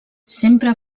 sempre